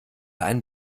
einen